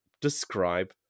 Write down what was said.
describe